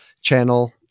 channel